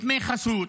בדמי החסות?